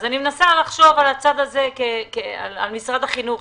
אני מנסה לחשוב על משרד החינוך,